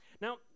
Now